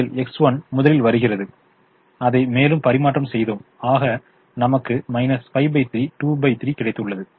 இதில் X1 முதலில் வருகிறது பின்னர் X1 வருகிறது என்பதை நீங்கள் புரிந்து இருப்பீர்கள் எனவே நாம் அதை மேலும் பரிமாற்றம் செய்தோம் ஆக நமக்கு 53 23 கிடைத்துள்ளது